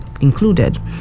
included